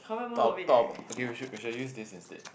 talk talk okay we should we should used this instead